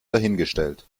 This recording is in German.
dahingestellt